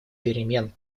перемен